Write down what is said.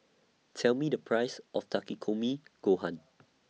Tell Me The Price of Takikomi Gohan